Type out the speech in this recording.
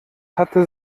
hatte